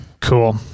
Cool